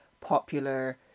popular